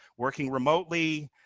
working remotely.